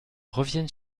revienne